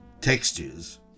textures